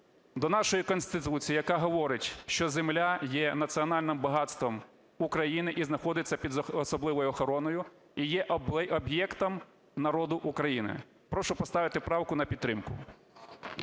до нашої Конституції, яка говорить, що земля є національним багатством України і знаходиться під особливою охороною і є об'єктом народу України. Прошу поставити правку на підтримку.